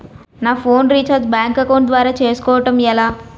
నా phone recharge bank account ద్వారా చేసుకోవటం ఎలా?